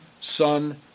Son